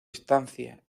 estancia